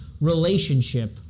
relationship